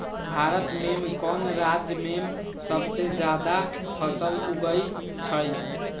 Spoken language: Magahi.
भारत में कौन राज में सबसे जादा फसल उगई छई?